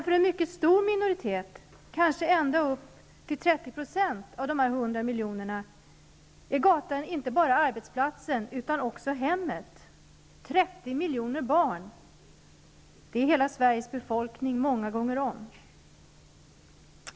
För en mycket stor minoritet, kanske upp till 30 % av dessa 100 miljoner är gatan inte bara arbetsplats, utan också hem. 30 miljoner barn är lika många som hela Sveriges befolkning många gånger om.